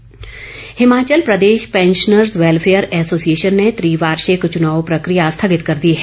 pensioners Himachal Pradesh pensioners welfare association ने त्रिवार्षिक चुनाव प्रक्रिया स्थगित कर दी है